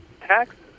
taxes